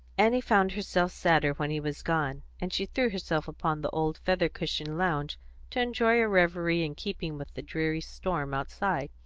annie found herself sadder when he was gone, and she threw herself upon the old feather-cushioned lounge to enjoy a reverie in keeping with the dreary storm outside.